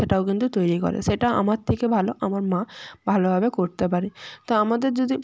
সেটাও কিন্তু তৈরি করে সেটা আমার থেকে ভালো আমার মা ভালোভাবে করতে পারে তো আমাদের যদি